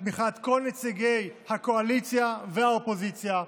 בתמיכת כל נציגי הקואליציה והאופוזיציה,